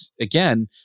again